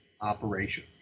operation